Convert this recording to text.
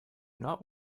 not